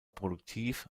produktiv